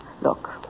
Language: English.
Look